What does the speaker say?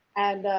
and